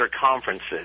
conferences